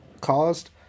caused